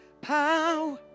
power